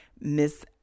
Miss